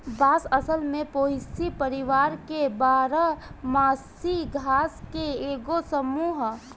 बांस असल में पोएसी परिवार के बारह मासी घास के एगो समूह ह